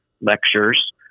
lectures